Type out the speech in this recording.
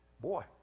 boy